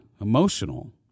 emotional